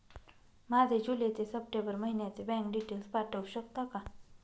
माझे जुलै ते सप्टेंबर महिन्याचे बँक डिटेल्स पाठवू शकता का?